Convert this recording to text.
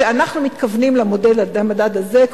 ואנחנו מתכוונים למדד הזה.